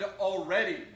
already